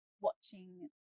watching